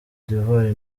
d’ivoire